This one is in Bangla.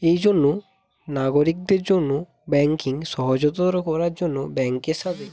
এই জন্য নাগরিকদের জন্য ব্যাঙ্কিং সহজতর করার জন্য ব্যাঙ্কের সাথে